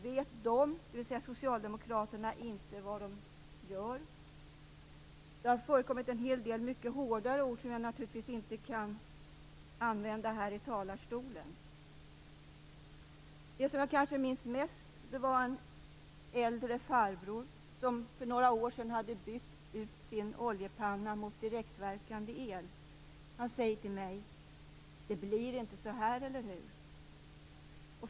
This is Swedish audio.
Vet inte socialdemokraterna vad de gör? Det har förekommit en hel del mycket hårdare ord som jag naturligtvis inte kan använda i talarstolen. Det som jag kanske minns mest var en äldre farbror som för några år sedan hade bytt ut sin oljepanna mot direktverkande el. Han sade till mig: Det blir väl inte så här, eller hur?